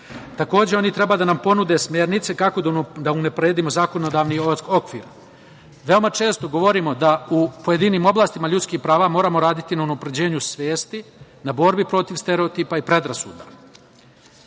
Takođe, oni treba da nam ponude smernice kako da unapredimo zakonodavni okvir. Veoma često govorimo da u pojedinim oblastima ljudskih prava moramo raditi na unapređenju svesti, na borbi protiv stereotipa i predrasuda. Na